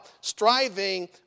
striving